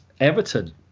Everton